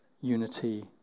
unity